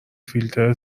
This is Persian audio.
فیلتر